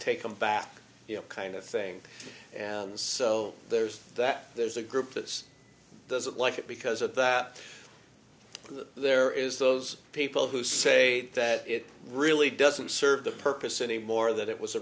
take them back you know kind of thing and so there's that there's a group that doesn't like it because at that that there is those people who say that it really doesn't serve the purpose anymore that it was